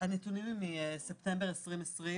הם מספטמבר 2020,